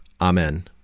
Amen